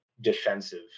defensive